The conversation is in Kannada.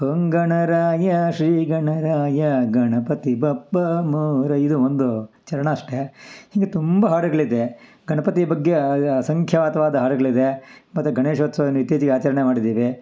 ಓಮ್ ಗಣರಾಯ ಶ್ರೀ ಗಣರಾಯ ಗಣಪತಿ ಬಪ್ಪ ಮೋರೆ ಇದು ಒಂದು ಚರಣ ಅಷ್ಟೇ ಹೀಗೆ ತುಂಬ ಹಾಡುಗಳಿದೆ ಗಣಪತಿ ಬಗ್ಗೆ ಅಸಂಖ್ಯಾತವಾದ ಹಾಡುಗಳಿದೆ ಮತ್ತು ಗಣೇಶೋತ್ಸವನ್ನು ಇತ್ತೀಚಿಗೆ ಆಚರಣೆ ಮಾಡಿದ್ದೀವಿ